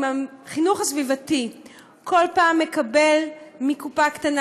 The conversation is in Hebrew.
אם החינוך הסביבתי מקבל מקופה קטנה